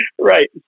Right